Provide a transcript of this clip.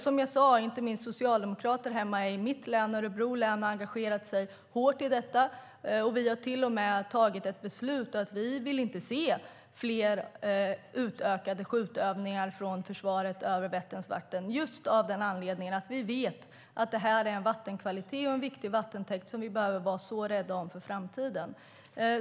Som jag sade har inte minst socialdemokrater i mitt hemlän Örebro engagerat sig hårt för detta. Vi har till och med fattat ett beslut om att vi inte vill se fler utökade skjutövningar från försvaret över Vätterns vatten, just av den anledningen att vi vet att detta är en vattenkvalitet och en viktig vattentäkt som vi behöver vara rädda om inför framtiden.